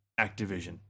Activision